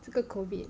这个 COVID